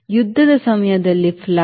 ಯುದ್ಧದ ಸಮಯದಲ್ಲಿ ಫ್ಲಾಪ್